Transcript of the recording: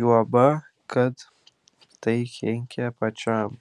juoba kad tai kenkia pačiam